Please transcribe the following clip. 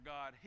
God